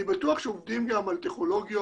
אני בטוח שעובדים על טכנולוגיות